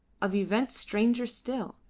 of events stranger still.